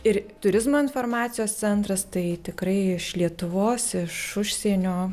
ir turizmo informacijos centras tai tikrai iš lietuvos iš užsienio